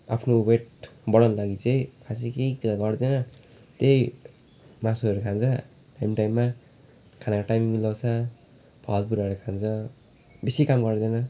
आफ्नो वेट बढाउनु लागि चाहिँ खासै केही गर्दैन त्यही मासुहरू खान्छ खाने टाइममा खानाको टाइम मिलाउँछ फलफुलहरू खान्छ बेसी काम गर्दैन